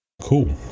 cool